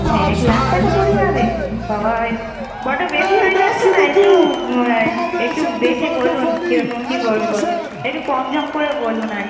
এক লাখ টাকা পড়ে যাবে বাবা এক বড্ড বেশি হয়ে যাচ্ছে না একটু একটু দেখে বলুন কেরকম কী পড়বে বড্ড একটু কম ঝম করে বলুন আর কি